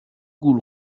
گول